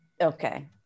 Okay